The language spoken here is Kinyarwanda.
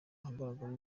ahagaragara